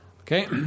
Okay